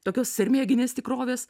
tokios sermėginės tikrovės